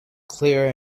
clear